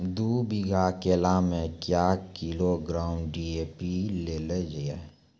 दू बीघा केला मैं क्या किलोग्राम डी.ए.पी देले जाय?